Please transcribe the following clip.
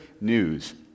news